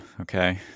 okay